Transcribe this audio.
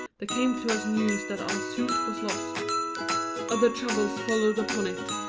there came to us news that our suit was lost other troubles followed upon it,